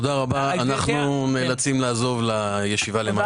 אנחנו נאלצים לעזוב לישיבה בוועדת החוץ והביטחון.